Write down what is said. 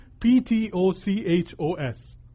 P-T-O-C-H-O-S